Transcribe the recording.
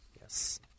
Yes